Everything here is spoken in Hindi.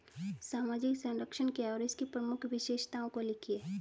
सामाजिक संरक्षण क्या है और इसकी प्रमुख विशेषताओं को लिखिए?